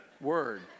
word